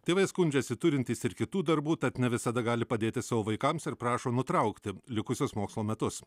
tėvai skundžiasi turintys ir kitų darbų tad ne visada gali padėti savo vaikams ir prašo nutraukti likusius mokslo metus